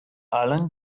allen